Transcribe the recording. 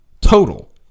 total